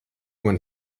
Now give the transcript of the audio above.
mani